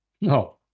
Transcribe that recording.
No